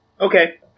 Okay